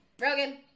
Rogan